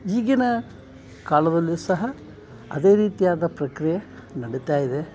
ಈಗಿನ ಕಾಲದಲ್ಯೂ ಸಹ ಅದೇ ರೀತಿಯಾದ ಪ್ರಕ್ರಿಯೆ ನಡಿತಾಯಿದೆ